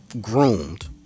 groomed